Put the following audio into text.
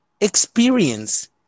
experience